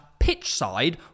pitchside